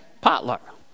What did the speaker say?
potluck